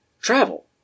travel